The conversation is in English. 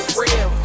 real